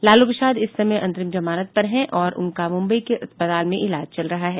लालू प्रसाद इस समय अंतरिम जमानत पर हैं और उनका मुंबई के अस्पताल में इलाज चल रहा है